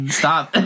stop